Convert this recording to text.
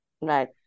Right